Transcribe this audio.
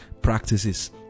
practices